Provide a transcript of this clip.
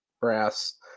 brass